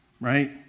Right